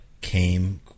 came